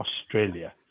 Australia